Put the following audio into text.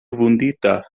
vundita